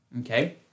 okay